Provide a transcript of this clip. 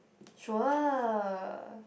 sure